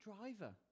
driver